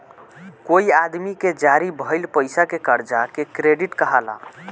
कोई आदमी के जारी भइल पईसा के कर्जा के क्रेडिट कहाला